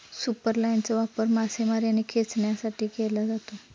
सुपरलाइनचा वापर मासेमारी आणि खेचण्यासाठी केला जातो